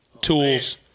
tools